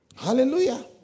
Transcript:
Hallelujah